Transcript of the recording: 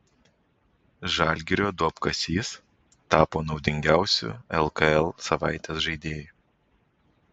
žalgirio duobkasys tapo naudingiausiu lkl savaitės žaidėju